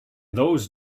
those